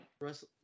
Russ